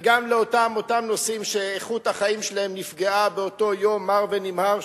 וגם לאותם נוסעים שאיכות החיים שלהם נפגעה באותו יום מר ונמהר,